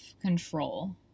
control